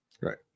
Right